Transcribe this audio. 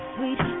Sweet